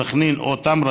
סח'נין או טמרה,